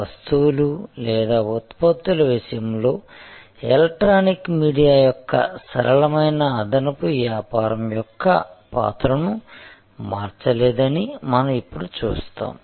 వస్తువులు లేదా ఉత్పత్తుల విషయంలో ఎలక్ట్రానిక్ మీడియా యొక్క సరళమైన అదనపు వ్యాపారం యొక్క పాత్రను మార్చలేదని మనం ఇప్పుడు చూస్తాము